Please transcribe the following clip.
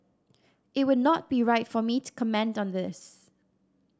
it would not be right for me to comment on this